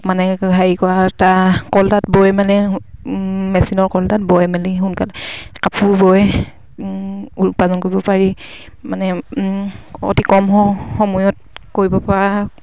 মানে হেৰি কৰা বৈ মানে মেচিনৰ বৈ মেলি সোনকালে কাপোৰ বৈ উপাৰ্জন কৰিব পাৰি মানে অতি কম সময়ত কৰিব পৰা